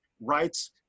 rights